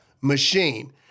machine